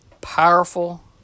powerful